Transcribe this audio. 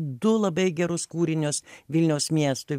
du labai gerus kūrinius vilniaus miestui